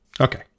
okay